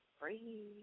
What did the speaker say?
breathe